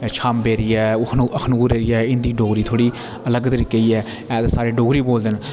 शंब area ऐ अख Akhnoor area ऐ इंदी डोगरी थोह्ड़ी अलग तरीके दी ऐ एह् ते साढ़ी डोगरी बोलदे न